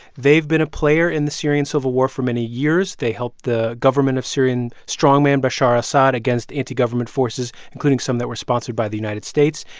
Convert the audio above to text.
they've been a player in the syrian civil war for many years. they helped the government of syrian strongman bashar assad against anti-government forces, including some that were sponsored by the united states.